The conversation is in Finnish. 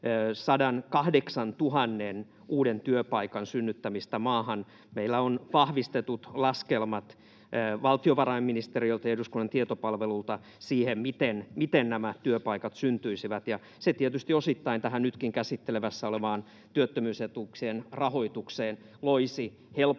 108 000 uuden työpaikan synnyttämistä maahan. Meillä on vahvistetut laskelmat valtiovarainministeriöltä ja eduskunnan tietopalvelulta siitä, miten nämä työpaikat syntyisivät. Se tietysti osittain tähän nytkin käsittelyssä olevaan työttömyysetuuksien rahoitukseen loisi helpotusta,